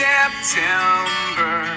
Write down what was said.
September